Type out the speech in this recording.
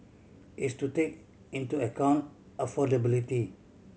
is to take into account affordability